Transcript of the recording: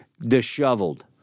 disheveled